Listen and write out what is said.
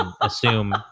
assume